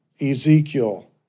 Ezekiel